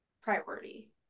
priority